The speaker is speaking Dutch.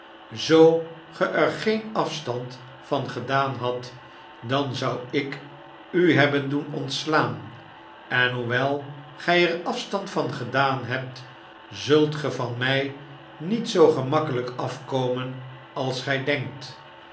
ge er geen afstand van gedaan hadt dan zou ik u hebben doen ontslaan en hoewel gy er afstand van gedaan hebt zult ge van mij niet zoo gemakkelijk afkomen als gij denkt